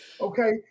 okay